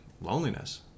loneliness